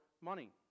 money